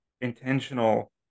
intentional